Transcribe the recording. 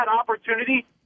opportunity